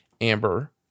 Amber